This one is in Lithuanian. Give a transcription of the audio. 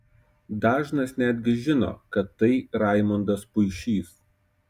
dažnas netgi žino kad tai raimondas puišys